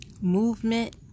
Movement